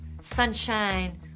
sunshine